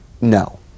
no